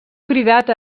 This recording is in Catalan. cridat